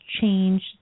change